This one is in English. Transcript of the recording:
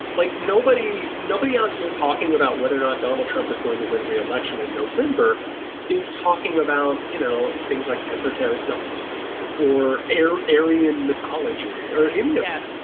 like nobody nobody out here talking about whether or not donald trump is going to win re-election in november is talking about, you know, things like esoteric noncitizen um or aryan mythology or any of that.